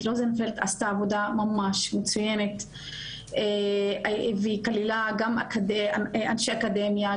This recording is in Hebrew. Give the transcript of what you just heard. רוזנפלד עשתה עבודה ממש מצוינת והיא כללה גם אנשי אקדמיה,